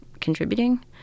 contributing